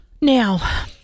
now